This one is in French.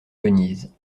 venise